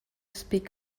speak